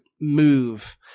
move